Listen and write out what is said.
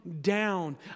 down